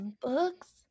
books